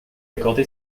accordé